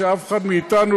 שאף אחד מאתנו,